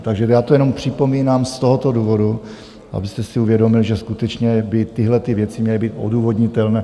Takže já to jenom připomínám z tohoto důvodu, abyste si uvědomil, že skutečně by tyhlety věci měly být odůvodnitelné.